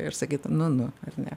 ir sakyt nu nu ar ne